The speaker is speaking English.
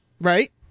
right